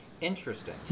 Interesting